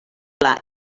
pla